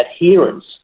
adherence